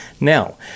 Now